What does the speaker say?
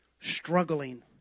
struggling